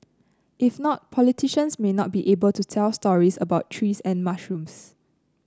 if not politicians may not be able to tell stories about trees and mushrooms